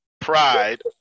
Pride